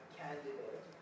candidate